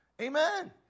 Amen